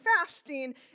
fasting